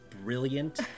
brilliant